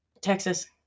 Texas